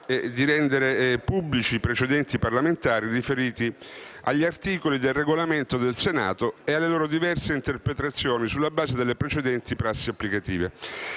di rendere pubblici i precedenti parlamentari riferiti agli articoli del Regolamento del Senato e alle loro diverse interpretazioni, sulla base delle precedenti prassi applicative.